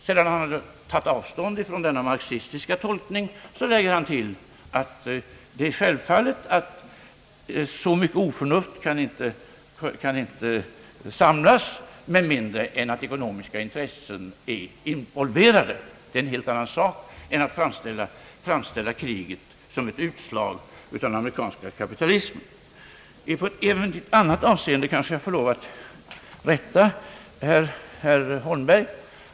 Sedan han tagit avstånd från denna marxistiska tolkning tillägger han att så mycket oförnuft kan självfallet inte samlas med mindre än att ekonomiska intressen är involverade. Det är en helt annan sak än att framställa kriget som ett utslag av den amerikanska kapitalismen. Även i ett annat avseende kanske jag får lov att rätta herr Holmberg.